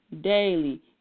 daily